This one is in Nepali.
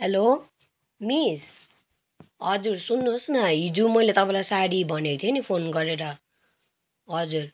हेलो मिस हजुर सुन्नुहोस् न हिजो मैले तपाईँलाई साडी भनेको थिएँ नि फोन गरेर हजुर